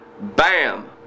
Bam